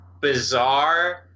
bizarre